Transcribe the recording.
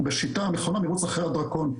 בשיטה המכונה 'מרוץ אחרי הדרקון',